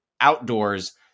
outdoors